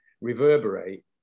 reverberate